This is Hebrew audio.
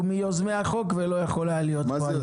שהוא מיוזמי הצעת החוק ולא יכול היה להיות פה היום.